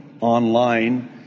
online